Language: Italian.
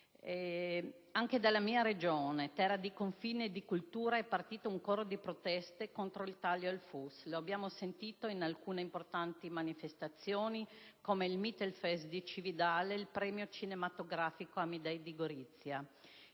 Anche dalla mia Regione, terra di confine e di cultura, è partito un coro di proteste contro il taglio al FUS; lo abbiamo sentito in alcune importanti manifestazioni, come il "Mittelfest" di Cividale e il premio cinematografico "Sergio Amidei" di Gorizia.